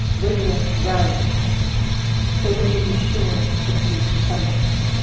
bring your brown-ness so we can be sure to please the funders.